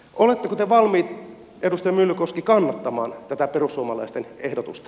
oletteko te valmiit edustaja myllykoski kannattamaan tätä perussuomalaisten ehdotusta